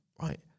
Right